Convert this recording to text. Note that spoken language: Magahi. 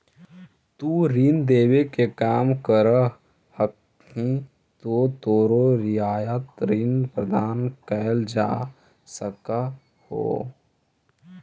तुम ऋण देवे के काम करऽ हहीं त तोरो रियायत ऋण प्रदान कैल जा सकऽ हओ